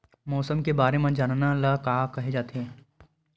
मौसम के बारे म जानना ल का कहे जाथे?